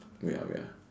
wait ah wait ah